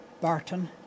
Barton